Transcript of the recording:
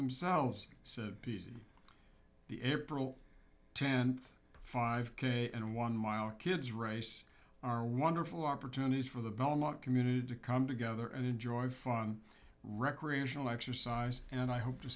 themselves civ p c the air parole tenth five k and one mile kids race are wonderful opportunities for the belmont community to come together and enjoy fun recreational exercise and i hope to